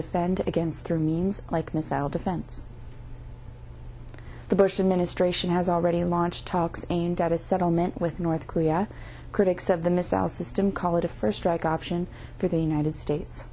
defend against through means like missile defense the bush administration has already launched talks aimed at a settlement with north korea critics of the missile system call it a first strike option for the united states